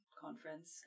conference